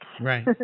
Right